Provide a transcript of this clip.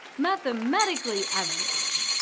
mathematically average.